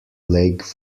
lake